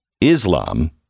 Islam